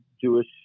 Jewish